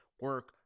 Work